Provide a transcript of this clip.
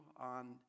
on